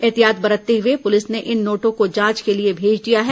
एहतियात बरतते हुए पुलिस ने इन नोटों को जांच के लिए भेज दिया है